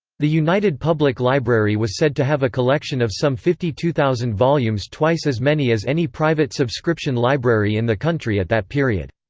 the united public library was said to have a collection of some fifty two thousand volumes twice as many as any private subscription library in the country at that period.